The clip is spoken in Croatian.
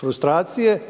frustracije